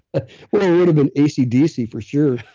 a little bit ac dc, for sure.